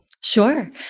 Sure